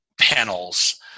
panels